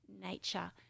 nature